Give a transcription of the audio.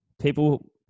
people